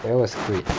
that was great